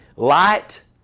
Light